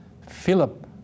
Philip